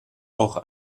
auch